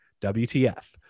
WTF